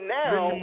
now